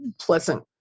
pleasant